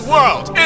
World